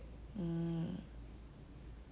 mm